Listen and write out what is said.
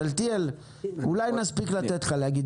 שאלתיאל, אולי נספיק לתת לך להגיד